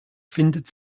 findet